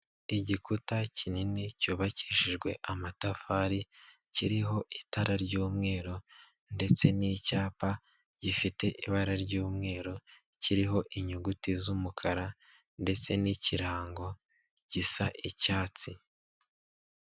Igikuta kinini cyubakishijwe amatafari kiriho itara ry'umweru ndetse n'icyapa gifite ibara ry'umweru kiriho inyuguti z'umukara ndetse n'ikirango gisa icyatsi.